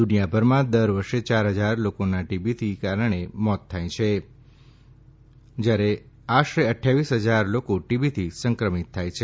દુનિયાભરમાં દર વર્ષે યાર ફજાર લોકોના ટીબીને કારણે મોત થાય છે જયારે આશરે અઠાવીસ હજાર લોકો ટીબીથી સંક્રમિત થાય છે